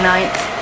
Ninth